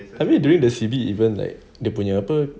I mean during the C_B even like dia punya apa